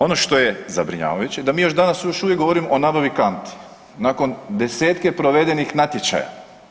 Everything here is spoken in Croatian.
Ono što je zabrinjavajuće da mi još danas još uvijek govorimo o nabavi kanti nakon 10-tke provedenih natječaja.